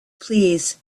please